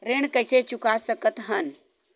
ऋण कइसे चुका सकत हन?